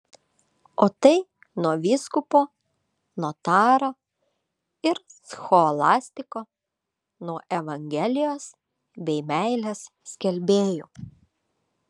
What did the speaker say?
o tai nuo vyskupo notaro ir scholastiko nuo evangelijos bei meilės skelbėjų